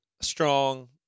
strong